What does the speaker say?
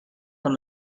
from